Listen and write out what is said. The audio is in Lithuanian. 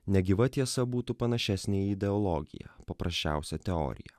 negyva tiesa būtų panašesnė į ideologiją paprasčiausią teoriją